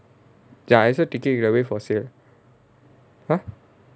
ya I saw ticket you got to wait for sale !huh!